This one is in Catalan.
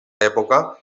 època